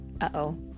Uh-oh